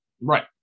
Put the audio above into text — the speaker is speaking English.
Right